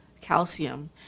calcium